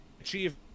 achieve